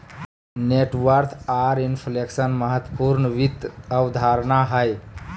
net worth आर inflation महत्वपूर्ण वित्त अवधारणा हय